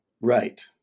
Right